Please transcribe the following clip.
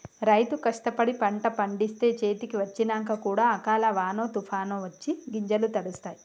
రైతు కష్టపడి పంట పండిస్తే చేతికి వచ్చినంక కూడా అకాల వానో తుఫానొ వచ్చి గింజలు తడుస్తాయ్